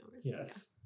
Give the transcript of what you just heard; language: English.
Yes